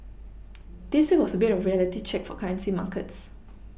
this week was a bit of a reality check for currency markets